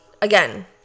Again